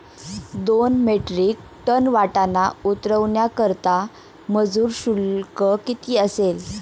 दोन metric ton वाटाणा उतरवण्याकरता मजूर शुल्क किती असेल?